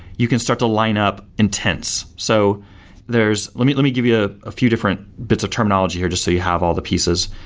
you can start to line up intents. so let me let me give you ah a few different bits of terminology here, just so you have all the pieces.